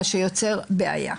מה שמייצר בעיה.